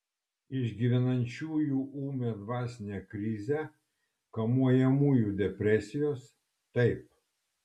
išgyvenančiųjų ūmią dvasinę krizę kamuojamųjų depresijos taip